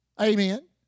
amen